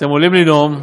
אתם עולים לנאום,